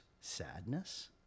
sadness